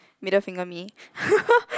middle finger me